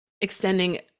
extending